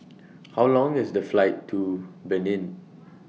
How Long IS The Flight to Benin